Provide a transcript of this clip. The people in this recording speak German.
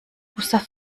gustav